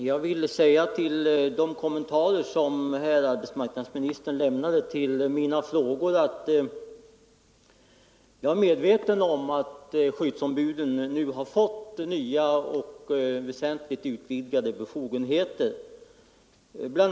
Herr talman! Med anledning av de kommentarer till mina frågor som herr arbetsmarknadsministern gjorde vill jag säga att jag är medveten om att skyddsombuden nu har fått nya och väsentligt utvidgade befogenheter. Bl.